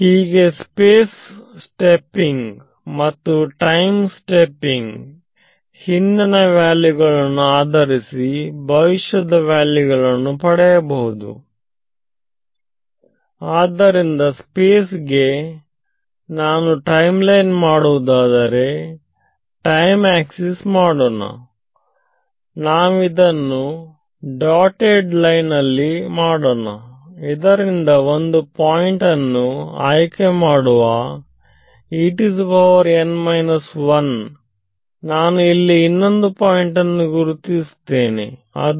ಹೀಗೆ space stepping ಮತ್ತು time stepping ಹಿಂದಿನ ವ್ಯಾಲ್ಯೂಗಳನ್ನು ಆಧರಿಸಿ ಭವಿಷ್ಯದ ವ್ಯಾಲ್ಯೂಗಳನ್ನು ಪಡೆಯಬಹುದು ಆದ್ದರಿಂದ ಸ್ಪೇಸ್ ಗೆ ನಾನು ಟೈಮ್ ಲೈನ್ ಮಾಡುವುದಾದರೆ ಟೈಮ್ ಆಕ್ಸಿಸ್ ಮಾಡೋಣ ನಾವಿದನ್ನು ಡೊಟೆಡ್ ಮಾಡೋಣಇದರಿಂದ ಒಂದು ಪಾಯಿಂಟ್ ಅನ್ನು ಆಯ್ಕೆಮಾಡುವ ನಾನು ಇಲ್ಲಿ ಇನ್ನೊಂದು ಪಾಯಿಂಟನ್ನು ಗುರುತಿಸುತ್ತೇನೆ ಅದು